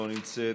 לא נמצאת,